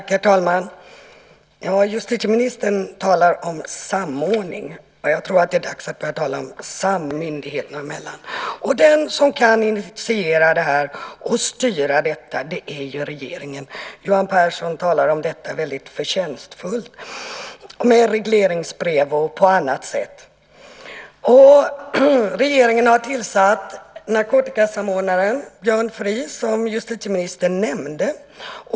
Herr talman! Justitieministern talar om samordning. Jag tror att det är dags att börja tala om samarbete myndigheterna emellan. Och de som kan initiera och styra det här är ju regeringen, Johan Pehrson talar om detta väldigt förtjänstfullt, med regleringsbrev och annat. Regeringen har tillsatt narkotikasamordnaren Björn Fries, som justitieministern nämnde.